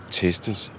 testes